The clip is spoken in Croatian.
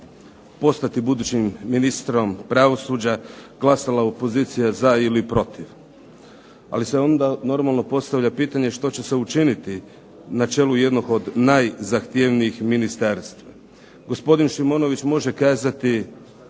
postati budućim ministrom pravosuđa, glasovala opozicija za ili protiv. Ali se onda normalno postavlja pitanje što će se učiniti na čelu jednog od najzahtjevnijih ministarstava. Gospodin Šimonović može kazati